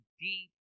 deep